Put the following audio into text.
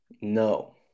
No